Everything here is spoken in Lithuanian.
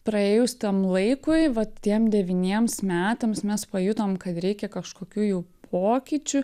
praėjus tam laikui vat tiem devyniems metams mes pajutom kad reikia kažkokių jau pokyčių